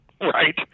right